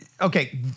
Okay